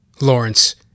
Lawrence